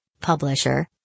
publisher